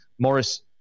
Morris